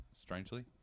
strangely